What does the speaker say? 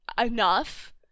enough